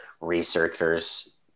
researchers